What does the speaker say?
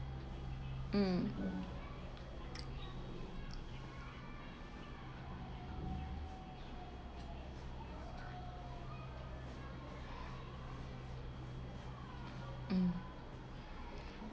mm mm